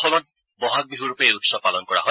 অসমত বহাগ বিছৰূপে এই উৎসৱ পালন কৰা হয়